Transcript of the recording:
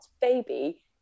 baby